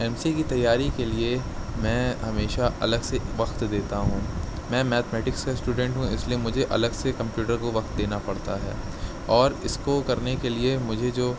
M C A کی تیاری کے لیے میں ہمیشہ الگ سے وقت دیتا ہوں میں میتھمیٹکس کا اسٹوڈنٹ ہوں اس لیے مجھے الگ سے کمپیوٹر کو وقت دینا پڑتا ہے اور اس کو کرنے کے لیے مجھے جو